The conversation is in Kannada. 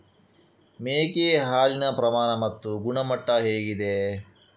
ಮೇಕೆ ಹಾಲಿನ ಪ್ರಮಾಣ ಮತ್ತು ಗುಣಮಟ್ಟ ಹೇಗಿದೆ?